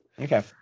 Okay